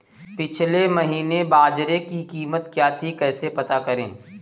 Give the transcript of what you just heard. पिछले महीने बाजरे की कीमत क्या थी कैसे पता करें?